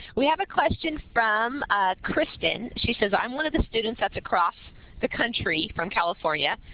we have a question from kristen. she says i'm one of the students that's across the country from california.